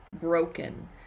broken